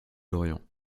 d’orion